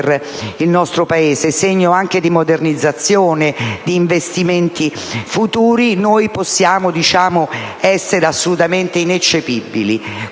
il nostro Paese, segno anche di modernizzazione e di investimenti futuri, possiamo essere assolutamente ineccepibili.